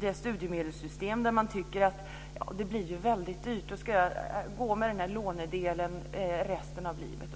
det studiemedelssystem som vi har och där man tycker att det blir väldigt dyrt och att man ska behöva gå med lånedelen resten av livet.